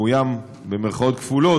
מאוים במירכאות כפולות,